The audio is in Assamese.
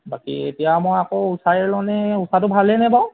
বাকী এতিয়া মই আকৌ ঊষায়ে লওঁনে ঊষাটো ভালেইনে বাৰু